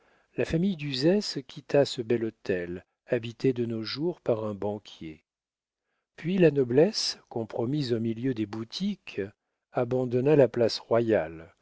la famille d'uzès quitta ce bel hôtel habité de nos jours par un banquier puis la noblesse compromise au milieu des boutiques abandonna la place royale